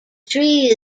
tree